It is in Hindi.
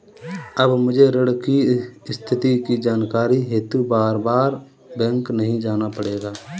अब मुझे ऋण की स्थिति की जानकारी हेतु बारबार बैंक नहीं जाना पड़ेगा